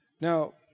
Now